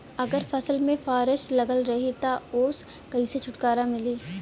अगर फसल में फारेस्ट लगल रही त ओस कइसे छूटकारा मिली?